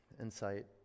insight